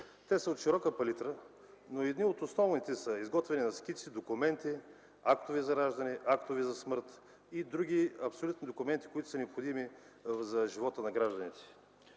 Те са от широка палитра, но едни от основните са: изготвяне на скици, документи, актове за раждане, актове за смърт и други документи, които са необходими за живота на гражданите.